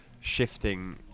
shifting